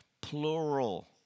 Plural